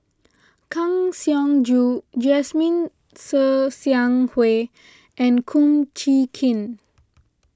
Kang Siong Joo Jasmine Ser Xiang Wei and Kum Chee Kin